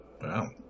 Wow